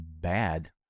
bad